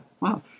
Wow